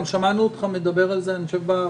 שמענו אותך גם מדבר על זה במליאה,